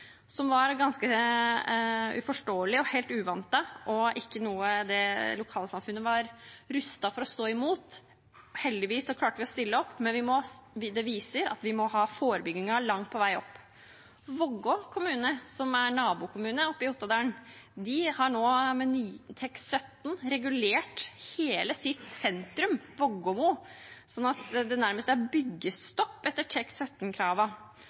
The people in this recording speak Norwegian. som var ganske uforståelig og helt uventet og ikke noe lokalsamfunnet var rustet for å stå imot. Heldigvis klarte vi å stille opp, men det viser at forebyggingen må bli langt bedre. Vågå kommune, som er en nabokommune oppe i Ottadalen, har nå med TEK17 regulert hele sitt sentrum, Vågåmo, sånn at det nærmest er byggestopp etter